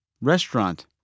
Restaurant